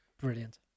brilliant